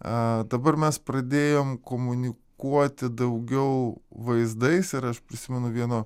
a dabar mes pradėjom komunikuoti daugiau vaizdais ir aš prisimenu vieno